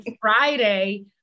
Friday